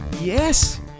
yes